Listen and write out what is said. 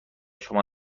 شما